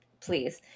please